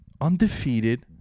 undefeated